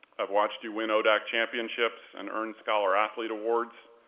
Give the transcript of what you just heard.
i've watched you win odac championships and earn scholar athlete awards,